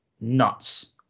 nuts